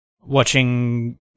watching